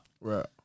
Right